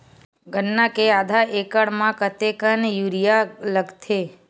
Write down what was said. गन्ना के आधा एकड़ म कतेकन यूरिया लगथे?